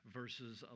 verses